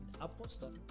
apostle